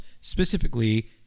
specifically